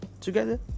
Together